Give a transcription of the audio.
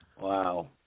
Wow